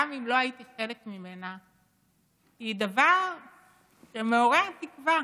גם אם לא הייתי חלק ממנה, היא דבר שמעורר תקווה,